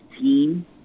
team